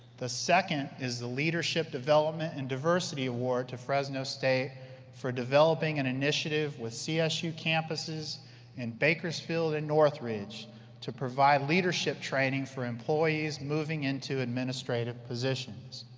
the second is the leadership development and diversity award to fresno state for developing an initiative with csu campuses in bakersfield and northridge to provide leadership training for employees moving into administrative positions.